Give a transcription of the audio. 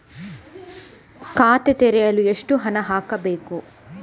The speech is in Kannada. ಖಾತೆ ತೆರೆಯಲು ಎಷ್ಟು ಹಣ ಹಾಕಬೇಕು?